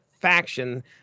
Faction